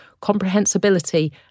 comprehensibility